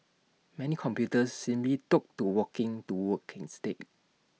many computers simply took to walking to work instead